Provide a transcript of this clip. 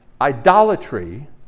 idolatry